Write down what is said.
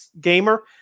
gamer